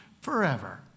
forever